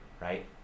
right